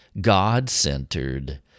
God-centered